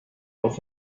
noch